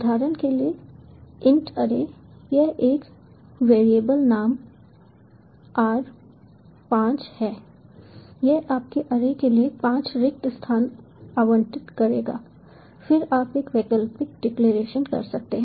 उदाहरण के लिए इंट अरे यह एक वेरिएबल नाम are5 है यह आपके अरे के लिए पांच रिक्त स्थान आवंटित करेगा फिर आप एक वैकल्पिक डिक्लेरेशन कर सकते हैं